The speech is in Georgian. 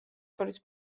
შორის